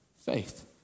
faith